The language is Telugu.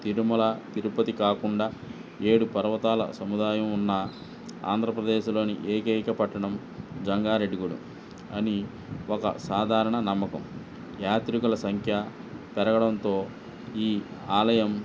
తిరుమల తిరుపతి కాకుండా ఏడు పర్వతాల సముదాయం ఉన్న ఆంధ్రప్రదేశ్లోని ఏకైక పట్టణం జంగారెడ్డిగూడెం అని ఒక సాధారణ నమ్మకం యాత్రికుల సంఖ్య పెరగడంతో ఈ ఆలయం